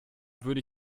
würde